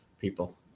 people